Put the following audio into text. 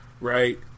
right